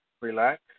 Relax